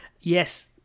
yes